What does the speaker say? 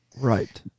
Right